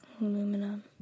Aluminum